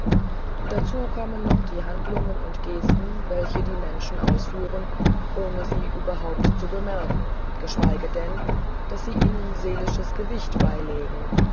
dazu kommen noch die handlungen und gesten welche die menschen ausführen ohne sie überhaupt zu bemerken geschweige denn daß sie ihnen seelisches gewicht beilegten